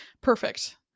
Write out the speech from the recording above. Perfect